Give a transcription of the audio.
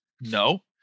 No